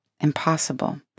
impossible